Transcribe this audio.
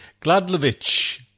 Gladlovich